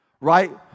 right